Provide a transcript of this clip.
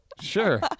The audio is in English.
Sure